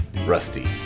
Rusty